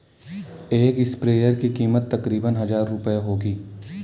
एक स्प्रेयर की कीमत तकरीबन हजार रूपए होगी